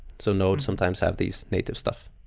so node sometimes have these native stuff.